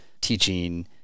teaching